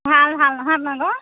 ভাল ভাল নহয় অপোনালোকৰ